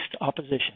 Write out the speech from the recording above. opposition